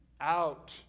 out